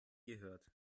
gehört